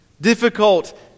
Difficult